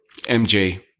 MJ